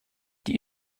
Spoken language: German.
die